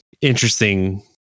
interesting